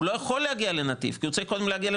הוא לא יכול להגיע לנתיב כי הוא צריך להגיע קודם